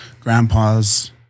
grandpas